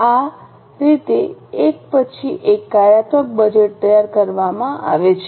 આ રીતે એક પછી એક કાર્યાત્મક બજેટ તૈયાર કરવામાં આવે છે